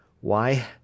Why